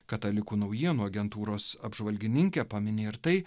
katalikų naujienų agentūros apžvalgininkė pamini ir tai